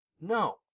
No